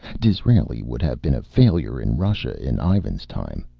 disraeli would have been a failure in russia in ivan's time.